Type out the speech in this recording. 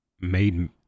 made